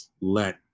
let